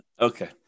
Okay